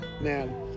man